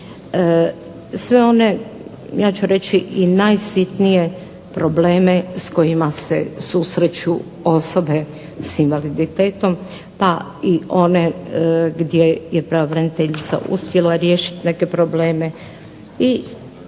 sve one ja ću reći i najsitnije probleme s kojima se susreću osobe s invaliditetom pa i one gdje je pravobraniteljica uspjela riješiti neke probleme.